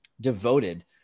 devoted